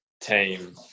team